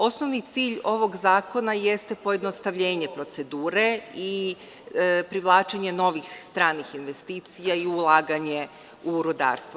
Osnovni cilj ovog zakona jeste pojednostavljenje procedure i privlačenje novih stranih investicija i ulaganje u rudarstvo.